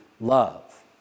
love